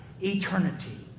Eternity